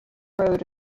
road